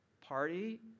party